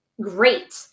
great